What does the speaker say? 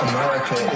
America